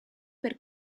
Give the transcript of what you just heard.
per